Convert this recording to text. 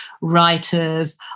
writers